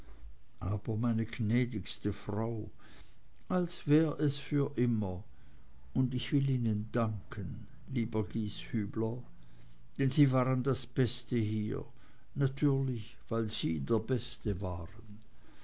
aber meine gnädigste frau als wär es für immer und ich will ihnen danken lieber gieshübler denn sie waren das beste hier natürlich weil sie der beste waren